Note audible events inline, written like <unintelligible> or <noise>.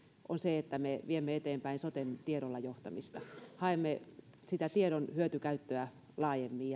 on se että me viemme eteenpäin soten tiedolla johtamista haemme tiedon hyötykäyttöä laajemmin <unintelligible>